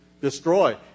destroy